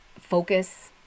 focus